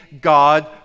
God